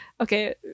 Okay